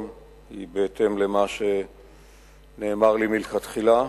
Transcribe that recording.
היא בהתאם למה שנאמר לי מלכתחילה.